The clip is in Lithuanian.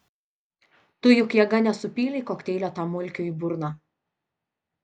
tu juk jėga nesupylei kokteilio tam mulkiui į burną